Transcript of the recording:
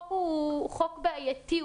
החוק בעייתי,